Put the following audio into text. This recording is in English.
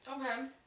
okay